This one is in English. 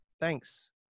thanks